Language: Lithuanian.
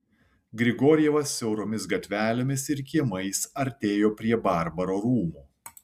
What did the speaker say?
grigorjevas siauromis gatvelėmis ir kiemais artėjo prie barbaro rūmų